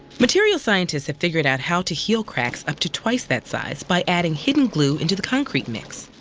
material scientists have figured out how to heal cracks up to twice that size by adding hidden glue into the concrete mix.